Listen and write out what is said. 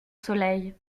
soleil